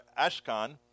Ashkan